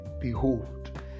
Behold